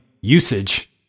usage